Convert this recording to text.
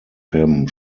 him